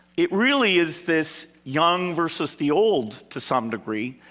it really is this young versus the old to some degree.